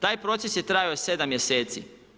Taj proces je trajao 7 mjeseci.